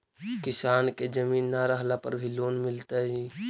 किसान के जमीन न रहला पर भी लोन मिलतइ?